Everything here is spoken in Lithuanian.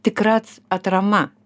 tikra atrama